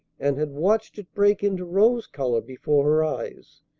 and had watched it break into rose-color before her eyes.